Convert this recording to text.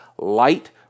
Light